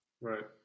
right